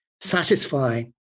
satisfy